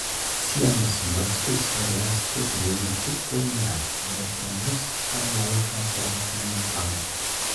sienas mackus ręsti ėmė tik po metų nors jam visą laiką talkininkavo